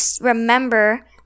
remember